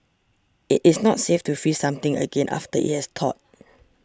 it is not safe to freeze something again after it has thawed